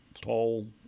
tall